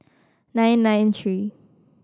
nine nine three